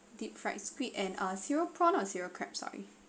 deep fried squid and err cereal prawn or cereal crab sorry